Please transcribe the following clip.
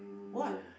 what